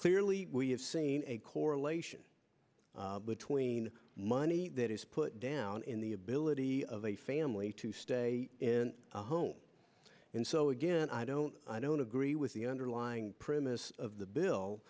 clearly we have seen a correlation between money that is put down in the ability of a family to stay in a home and so again i don't i don't agree with the underlying premise of the bill